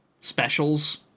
specials